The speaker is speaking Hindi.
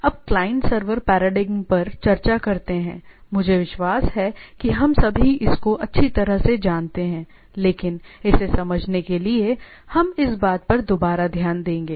अब क्लाइंट सर्वर पैराडिग्म पर चर्चा करते हैंमुझे विश्वास है कि हम सभी इसको अच्छी तरह से जानते है लेकिन इसे समझने के लिए हम इस बात पर दोबारा ध्यान देंगे